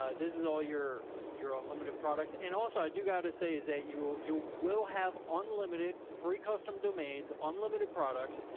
ah this is all your, your unlimited products. and also i do gotta say is that you will have unlimited free custom domains on limited products.